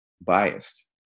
biased